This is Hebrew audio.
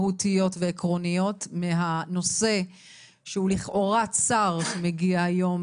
מהותיות ועקרוניות מהנושא שהוא לכאורה צר שמגיע היום